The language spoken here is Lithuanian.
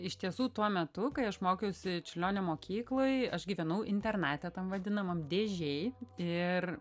iš tiesų tuo metu kai aš mokiausi čiurlionio mokykloj aš gyvenau internate tam vadinamam dėžėj ir